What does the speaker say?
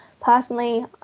Personally